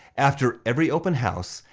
after every open house,